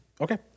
Okay